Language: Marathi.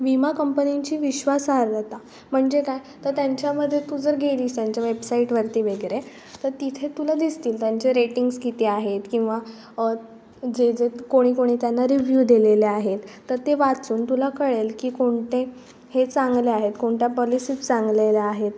विमा कंपनींची विश्वासार्हता म्हणजे काय तर त्यांच्यामध्ये तू जर गेलीस त्यांच्या वेबसाईटवरती वगैरे तर तिथे तुला दिसतील त्यांचे रेटिंग्स किती आहेत किंवा जे जे कोणी कोणी त्यांना रिव्ह्यू दिलेले आहेत तर ते वाचून तुला कळेल की कोणते हे चांगले आहेत कोणत्या पॉलिसी चांगलेल्या आहेत